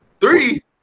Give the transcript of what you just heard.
Three